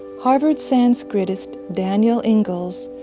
harvard sanskritist, daniel ingalls,